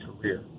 career